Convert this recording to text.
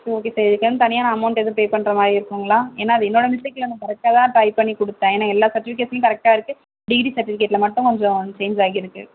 சரி okay sir இதுக்குன்னு தனியாக நான் அமௌண்ட் எதுவும் பே பண்ணுற மாதிரி இருக்கும்ங்களா ஏன்னா அது என்னோட மிஸ்டேக் இல்லை நான் கரெக்டாக தான் டைப் பண்ணி கொடுத்தேன் ஏன்னா எல்லா செர்டிஃபிகேட்ஸ்லேயும் கரெக்டாக இருக்குது டிகிரி செர்டிஃபிகேட்டில் மட்டும் கொஞ்சம் சேஞ்ச் ஆகியிருக்குது